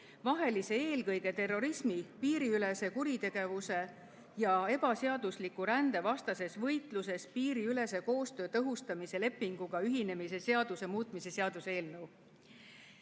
vahelise eelkõige terrorismi-, piiriülese kuritegevuse ja ebaseadusliku rände vastases võitluses piiriülese koostöö tõhustamise lepinguga ühinemise seaduse muutmise seaduse eelnõu.